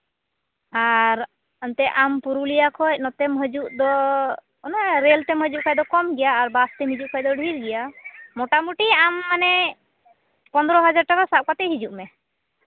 ᱟᱨ ᱚᱱᱛᱮ ᱯᱩᱨᱩᱞᱤᱭᱟ ᱠᱷᱚᱡ ᱱᱚᱛᱮᱢ ᱦᱤᱡᱩᱜ ᱫᱚ ᱚᱱᱟ ᱨᱮᱹᱞ ᱛᱮᱢ ᱦᱤᱡᱩᱜ ᱠᱷᱟᱡ ᱫᱚ ᱠᱚᱢ ᱜᱮᱭᱟ ᱟᱨ ᱵᱟᱥᱛᱮᱢ ᱦᱤᱡᱩᱜ ᱠᱷᱟᱡ ᱫᱚ ᱰᱷᱮᱨ ᱜᱮᱭᱟ ᱢᱳᱴᱟᱢᱩᱴᱤ ᱟᱢ ᱢᱟᱱᱮ ᱯᱚᱸᱫᱽᱨᱚ ᱦᱟᱡᱟᱨ ᱴᱟᱠᱟ ᱥᱟᱵ ᱠᱟᱛᱮᱜ ᱦᱤᱡᱩᱜ ᱢᱮ